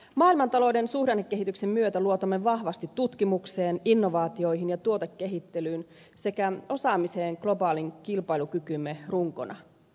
maailmantalouden suhdannekehityksen myötä luotamme vahvasti tutkimukseen innovaatioihin ja tuotekehittelyyn sekä osaamiseen globaalin kilpailukykymme runkona